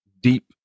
deep